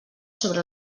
sobre